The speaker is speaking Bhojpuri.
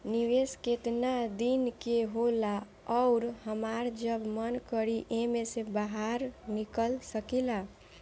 निवेस केतना दिन के होला अउर हमार जब मन करि एमे से बहार निकल सकिला?